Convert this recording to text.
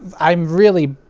um i'm really.